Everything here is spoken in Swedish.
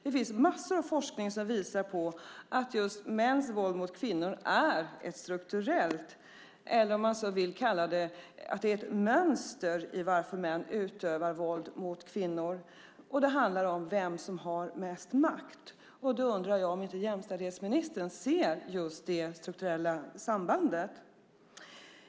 Det finns massor av forskning som visar att det finns något strukturellt eller, om man vill kalla det så, ett mönster i varför män utövar våld mot kvinnor. Det handlar om vem som har mest makt. Jag undrar om inte jämställdhetsministern ser det strukturella sambandet.